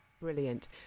Brilliant